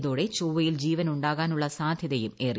ഇതോടെ ചൊവ്വയിൽ ജീവൻ ഉണ്ടാകാനുള്ള സാധ്യതയും ഏറി